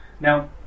Now